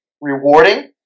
rewarding